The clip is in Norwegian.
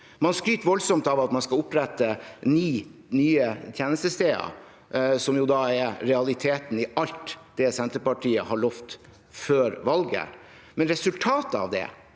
Man skryter voldsomt av at man skal opprette ni nye tjenestesteder, som i realiteten er alt Senterpartiet har lovet før valget. Men resultatet av det